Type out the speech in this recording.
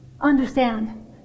understand